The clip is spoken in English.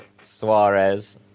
Suarez